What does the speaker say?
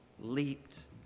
leaped